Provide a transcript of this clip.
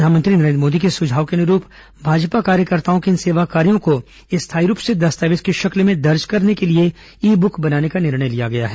प्रधानमंत्री नरेंद्र मोदी के सुझाव के अनुरूप भाजपा कार्यकर्ताओं के इन सेवा कार्यो को स्थाई रूप से दस्तावेज की शक्ल में दर्ज करने के लिए ई ब्क बनाने का निर्णय लिया गया है